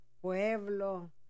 pueblo